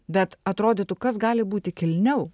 bet atrodytų kas gali būti kilniau